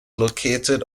located